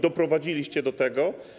Doprowadziliście do tego.